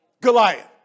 Goliath